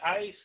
ice